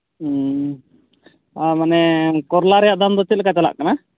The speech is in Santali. ᱦᱮᱸ ᱟᱨ ᱢᱟᱱᱮ ᱠᱚᱨᱚᱞᱟ ᱨᱮᱭᱟᱜ ᱫᱟᱢ ᱫᱚ ᱪᱮᱫ ᱞᱮᱠᱟ ᱪᱟᱞᱟᱜ ᱠᱟᱱᱟ